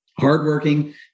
hardworking